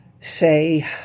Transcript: say